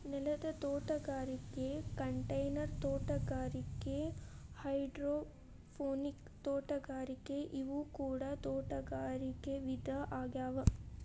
ನೆಲದ ತೋಟಗಾರಿಕೆ ಕಂಟೈನರ್ ತೋಟಗಾರಿಕೆ ಹೈಡ್ರೋಪೋನಿಕ್ ತೋಟಗಾರಿಕೆ ಇವು ಕೂಡ ತೋಟಗಾರಿಕೆ ವಿಧ ಆಗ್ಯಾವ